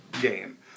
game